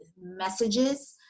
messages